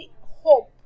hope